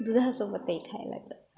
दूधासोबतही खायला